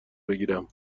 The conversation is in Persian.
بگیرم